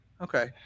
Okay